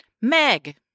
Meg